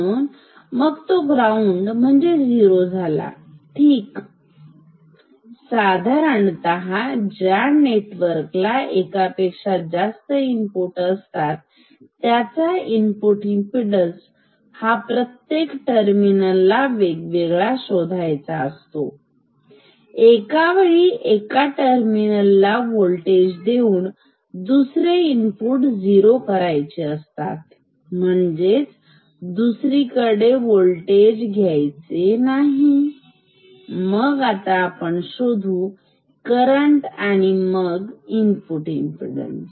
म्हणजे मग तो ग्राउंड म्हणजे झिरो झाला ठीक साधारणतः ज्या नेटवर्कला एकापेक्षा जास्त इनपुट असतात त्याचा इनपुट इमपीडन्स हा प्रत्येक टर्मिनलला वेगवेगळा शोधायचा असतो एकावेळी एका टर्मिनल ला वोल्टेज देऊन म्हणून दुसरे इनपुट झिरो असतात म्हणजे दुसरीकडे वोल्टेज द्यायचे नाही मग आता आपण शोधू करंट आणि मग इनपुट इमपीडन्स